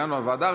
הגענו לוועדה.